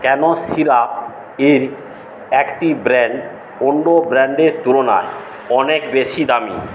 কেন সিরাপের একটি ব্র্যান্ড অন্য ব্র্যান্ডের তুলনায় অনেক বেশি দামী